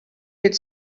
could